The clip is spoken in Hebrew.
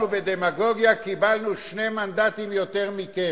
בדמגוגיה קיבלנו שני מנדטים יותר מכם.